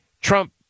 Trump